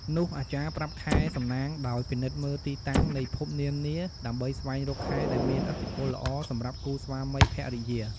នោះអាចារ្យប្រាប់ខែសំណាងដោយ ពិនិត្យមើលទីតាំងនៃភពនានាដើម្បីស្វែងរកខែដែលមានឥទ្ធិពលល្អសម្រាប់គូស្វាមីភរិយា។